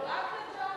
רק לג'ו?